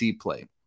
play